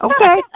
Okay